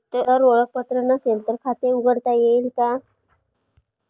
जर ओळखपत्र नसेल तर खाते उघडता येईल का?